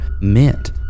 meant